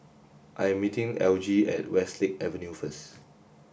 I am meeting Elgie at Westlake Avenue first